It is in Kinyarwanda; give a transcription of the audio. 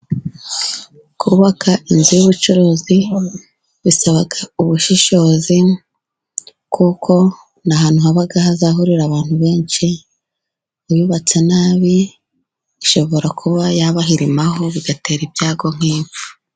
Kubaka inzu y'ubucuruzi bisaba ubushishozi, kuko ni ahantu haba hazahurira abantu benshi, uyubatse nabi ishobora kuba yabahirimaho, bigatera ibyago nk'impfu.